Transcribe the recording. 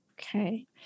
Okay